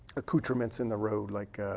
accouterments in the road like